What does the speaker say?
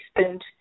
spent